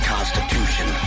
Constitution